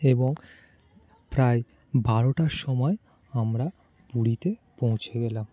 এবং প্রায় বারোটার সময় আমরা পুরীতে পৌঁছে গেলাম